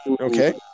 Okay